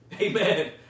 Amen